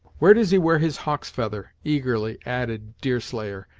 where does he wear his hawk's feather? eagerly added deerslayer,